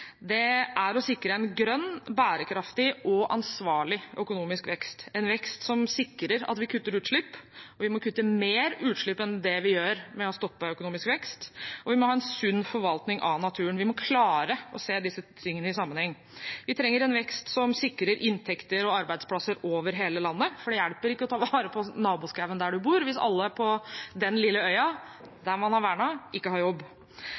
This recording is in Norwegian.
Det er å sikre en grønn, bærekraftig og ansvarlig økonomisk vekst, en vekst som sikrer at vi kutter utslipp – og vi må kutte mer utslipp enn det vi gjør med å stoppe økonomisk vekst – og vi må ha en sunn forvaltning av naturen. Vi må klare å se disse tingene i sammenheng. Vi trenger en vekst som sikrer inntekter og arbeidsplasser over hele landet, for det hjelper ikke å ta vare på naboskogen der man bor, hvis alle på den lille øya der man har vernet, ikke har jobb.